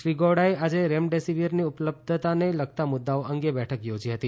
શ્રી ગૌડાએ આજે રિમડેસિવીરની ઉપલબ્ધતાને લગતા મુદ્દાઓ અંગે બેઠક યોજી હતી